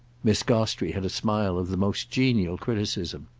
miss gostrey had a smile of the most genial criticism.